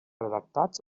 redactats